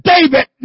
David